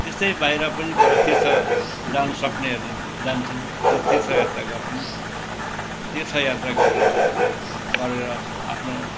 त्यस्तै बाहिर पनि गएर तीर्थ जानु सक्नेहरूले जान्छन् तीर्थ यात्रा गर्छन् तीर्थ यात्रा गरेर गरेर आफ्नो